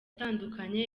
atandukanye